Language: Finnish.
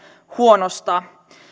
huonosta